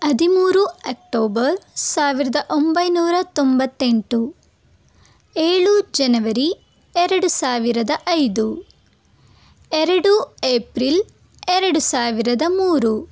ಹದಿಮೂರು ಅಕ್ಟೋಬರ್ ಸಾವಿರದ ಒಂಬೈನೂರ ತೊಂಬತ್ತೆಂಟು ಏಳು ಜನವರಿ ಎರಡು ಸಾವಿರದ ಐದು ಎರಡು ಏಪ್ರಿಲ್ ಎರಡು ಸಾವಿರದ ಮೂರು